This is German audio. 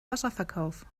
wasserverkauf